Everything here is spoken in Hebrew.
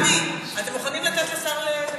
גפני, אתם מוכנים לתת לשר לדבר?